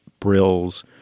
brills